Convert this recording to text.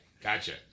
gotcha